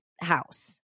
house